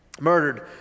murdered